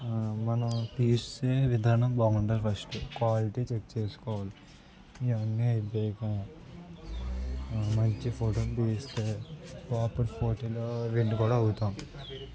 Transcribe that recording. మనం తీస్తే విధానం బాగుండాలి ఫస్ట్ క్వాలిటీ చెక్ చేసుకోవాలి ఇవన్నీ అయిపోయినాక మంచి ఫోటోలు తీస్తే పాపులర్ ఫోటీలో విన్ కూడా అవుతాం